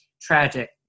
tragic